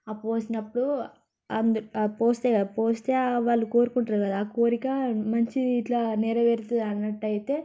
పోసినపుడు అందు పోస్తే పోస్తే వాళ్ళు కోరుకుంటారు కదా ఆ కోరిక మంచి ఇట్లా నెరవేరుతుంది అన్నట్లయితే